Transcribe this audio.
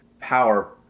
power